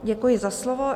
Děkuji za slovo.